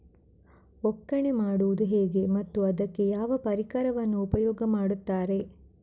ಒಕ್ಕಣೆ ಮಾಡುವುದು ಹೇಗೆ ಮತ್ತು ಅದಕ್ಕೆ ಯಾವ ಪರಿಕರವನ್ನು ಉಪಯೋಗ ಮಾಡುತ್ತಾರೆ?